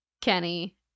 Kenny